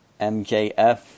MJF